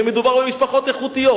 ומדובר במשפחות איכותיות,